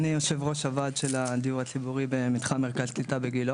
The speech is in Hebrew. יושב-ראש הוועד של הדיור הציבורי במתחם מרכז קליטה בגילה.